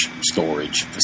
storage